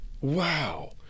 Wow